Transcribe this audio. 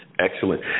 Excellent